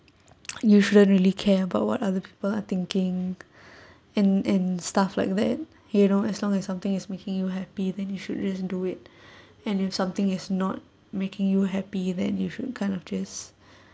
you shouldn't really care about what other people are thinking and and stuff like that you know as long as something is making you happy then you should just do it and if something is not making you happy that you should kind of just